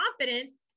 confidence